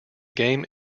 game